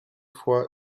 fois